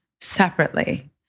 separately